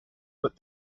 but